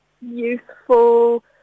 youthful